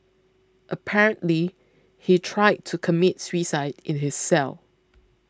apparently he tried to commit suicide in his cell